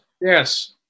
yes